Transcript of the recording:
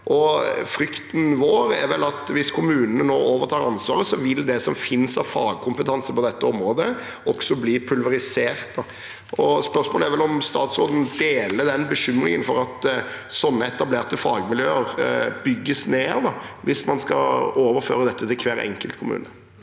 Frykten vår er vel at hvis kommunene nå overtar ansvaret, vil det som finnes av fagkompetanse på dette området, også bli pulverisert. Spørsmålet er om statsråden deler bekymringen for at sånne etablerte fagmiljøer bygges ned, hvis man skal overføre dette til hver enkelt kommune.